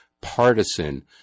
partisan